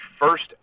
first